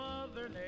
Mother